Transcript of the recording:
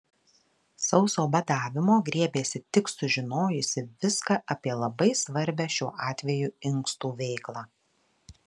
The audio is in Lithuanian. sauso badavimo griebėsi tik sužinojusi viską apie labai svarbią šiuo atveju inkstų veiklą